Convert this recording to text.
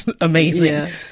amazing